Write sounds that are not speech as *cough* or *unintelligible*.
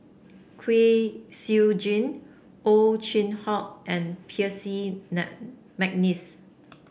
Kwek Siew Jin Ow Chin Hock and Percy *unintelligible* McNeice